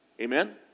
Amen